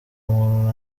muntu